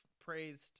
praised